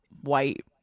white